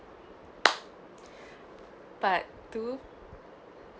part two